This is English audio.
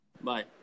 Bye